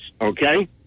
Okay